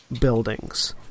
buildings